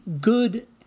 good